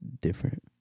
different